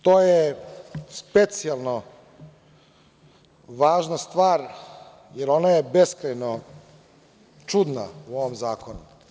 To je specijalno važna stvar, jer ona je beskrajno čudna u ovom zakonu.